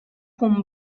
con